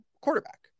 quarterback